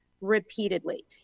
repeatedly